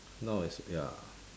now is ya